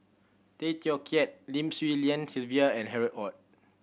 Tay Teow Kiat Lim Swee Lian Sylvia and Harry Ord